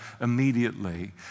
immediately